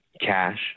cash